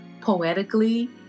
poetically